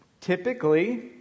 Typically